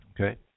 Okay